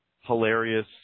hilarious